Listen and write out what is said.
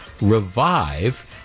revive